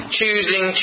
choosing